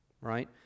right